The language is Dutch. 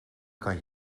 kan